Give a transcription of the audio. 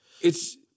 It's-